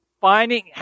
finding